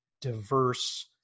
diverse